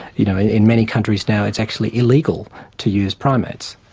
you know in many countries now it's actually illegal to use primates.